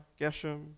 Geshem